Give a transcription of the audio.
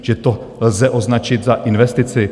Že to lze označit za investici?